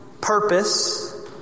purpose